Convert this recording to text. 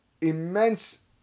immense